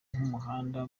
nk’umuhanga